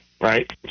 right